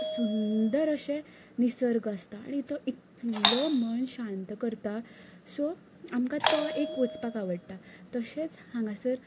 सुंदर अशें निसर्ग आसता आनी तो इतलो मन शांत करता सो आमकां तो एक वचपा आवडटा तशेंच हांगासर